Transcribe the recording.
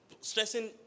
stressing